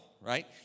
Right